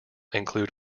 include